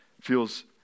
feels